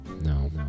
no